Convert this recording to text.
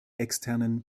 externen